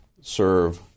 serve